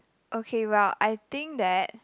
okay well I think that